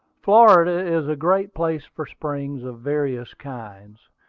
florida is a great place for springs of various kinds.